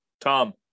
Tom